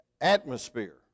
atmosphere